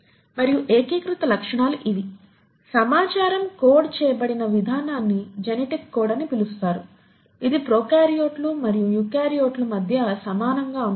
మరియు ఏకీకృత లక్షణాలు ఇవి సమాచారం కోడ్ చేయబడిన విధానాన్ని జెనెటిక్ కోడ్ అని పిలుస్తారు ఇది ప్రొకార్యోట్లు మరియు యూకారియోట్ల మధ్య సమానంగా ఉంటుంది